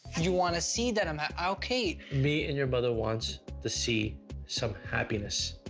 you wanna see that i'm happy, okay! me and your mother wants to see some happiness.